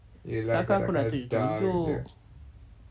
iya lah kadang-kadang jer